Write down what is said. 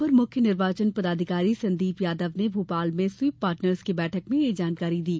अपर मुख्य निर्वाचन पदाधिकारी संदीप यादव ने भोपाल में स्वीप पार्टनर्स की बैठक में ये जानकारी दी